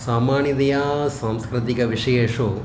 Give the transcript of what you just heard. सामान्यतया सांस्कृतिकविषयेषु